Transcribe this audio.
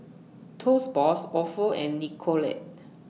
Toast Box Ofo and Nicorette